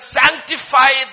sanctify